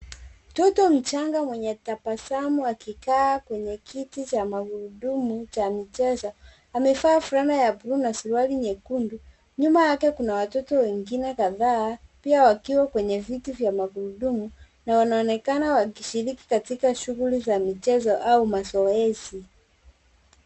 Mtoto mchanga mwenye tabasamu akikaa kwenye kiti cha magurudumu cha mchezo amevaa fulana ya bluu na suruali nyekundu. Nyuma yake kuna watoto wengine kadhaa pia wakiwa kwenye viti vya magurudumu na wanaonekana wakishiriki katika shughuli za michezo au mazoezi.